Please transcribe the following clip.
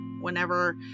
whenever